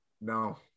No